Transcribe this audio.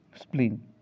Spleen